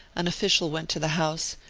an official went to the house,